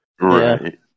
Right